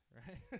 right